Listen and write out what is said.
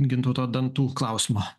gintauto dantų klausimo